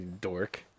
dork